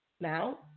now